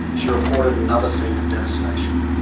she reported another scene of devastation.